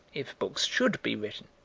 if books should be written.